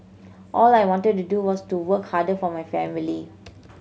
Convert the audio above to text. all I wanted to do was to work harder for my family